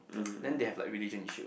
then they have like religion issue